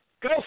Go